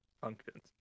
functions